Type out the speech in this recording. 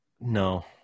No